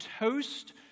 toast